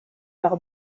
par